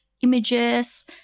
images